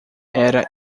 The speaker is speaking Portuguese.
era